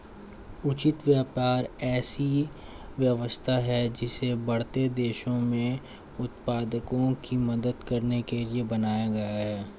उचित व्यापार ऐसी व्यवस्था है जिसे बढ़ते देशों में उत्पादकों की मदद करने के लिए बनाया गया है